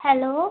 hello